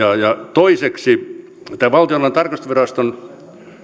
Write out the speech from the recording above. toiseksi valtiontalouden tarkastusviraston